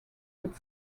but